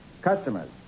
Customers